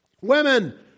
Women